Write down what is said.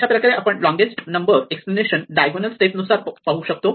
अशाप्रकारे आपण longest number explanation diagonal step नुसार पाहू शकतो